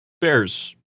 bears